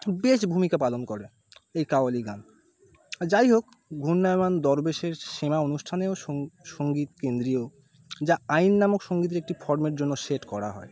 বেশ ভূমিকা পালন করে এই কাওয়ালি গান যাই হোক ঘূর্ণায়মান দরবেশের সীমা অনুষ্ঠানেও সঙ্গী সঙ্গীত কেন্দ্রীয় যা আইন নামক সঙ্গীতের একটি ফর্মের জন্য সেট করা হয়